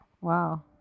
Wow